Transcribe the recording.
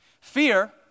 Fear